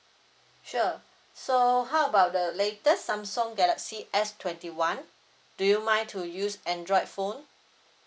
sure so how about the latest samsung galaxy S twenty one do you mind to use android phone